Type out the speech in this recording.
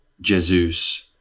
Jesus